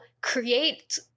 create